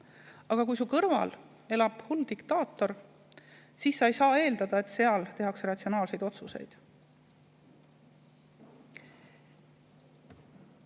aga kui su kõrval elab hull diktaator, siis sa ei saa eeldada, et seal [riigis] tehakse ratsionaalseid otsuseid.